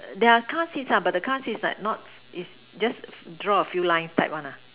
their cars is are but the cars is like notes is just draw a few lines type one lah